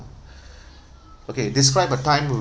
okay describe a time